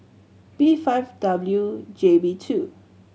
P five W J B two